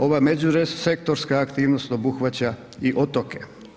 Ova međusektorska aktivnost obuhvaća i otoke.